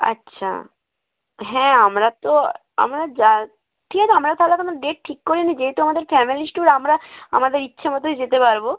আচ্ছা হ্যাঁ আমরা তো আমরা যা ঠিক আছে আমরা তাহলে এখনও ডেট ঠিক করিনি যেহেতু আমাদের ফ্যামেলিজ ট্যুর আমরা আমাদের ইচ্ছে মতোই যেতে পারব